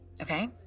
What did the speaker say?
Okay